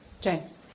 James